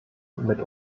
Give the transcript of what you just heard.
mit